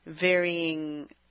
varying